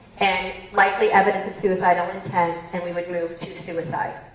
and likely evidence of suicidal intent and we would move to suicide.